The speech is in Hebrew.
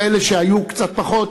כאלה שהיו קצת פחות,